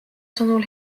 sõnul